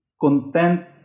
content